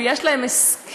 ויש להן הסכם,